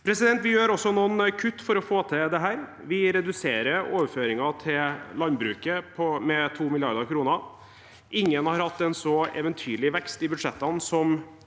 fall det. Vi gjør også noen kutt for å få til dette. Vi reduserer overføringene til landbruket med 2 mrd. kr. Ingen har hatt en så eventyrlig vekst i budsjettene som